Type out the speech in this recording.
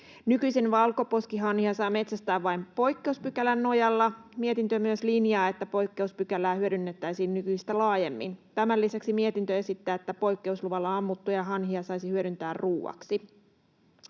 Nykyisin valkoposkihanhia saa metsästää vain poikkeuspykälän nojalla. Mietintö myös linjaa, että poikkeuspykälää hyödynnettäisiin nykyistä laajemmin. Tämän lisäksi mietintö esittää, että poikkeusluvalla ammuttuja hanhia saisi hyödyntää ruoaksi.